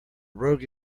rogue